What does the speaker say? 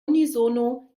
unisono